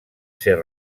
ser